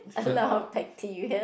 a lot of bacteria